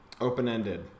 open-ended